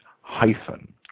hyphen